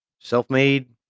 Self-made